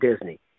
Disney